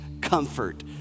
comfort